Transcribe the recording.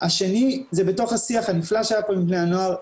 השני זה בתוך השיח הנפלא שהיה פה עם בני הנוער.